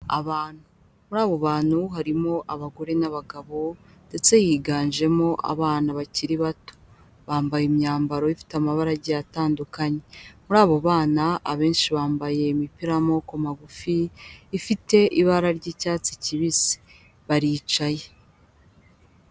Abantu, muri abo bantu harimo abagore n'abagabo ndetse higanjemo abana bakiri bato bambaye imyambaro ifite amabara agiye atandukanye, muri abo bana abenshi bambaye imipira y'amaboko magufi ifite ibara ry'icyatsi kibisi, baricaye.